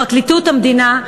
פרקליטות המדינה,